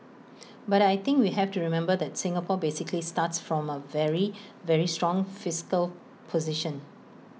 but I think we have to remember that Singapore basically starts from A very very strong fiscal position